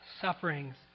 sufferings